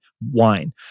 wine